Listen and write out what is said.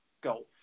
golf